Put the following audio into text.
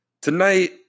Tonight